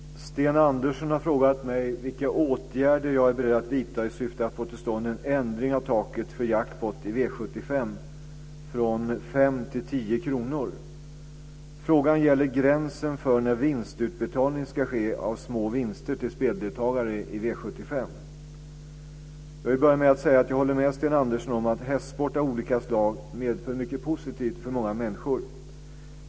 Fru talman! Sten Andersson har frågat mig vilka åtgärder jag är beredd att vidta i syfte att få till stånd en ändring av taket för jackpott i V 75 från 5 till Jag vill börja med att säga att jag håller med Sten Andersson om att hästsport av olika slag medför mycket positivt för många människor.